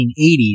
1980s